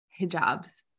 hijabs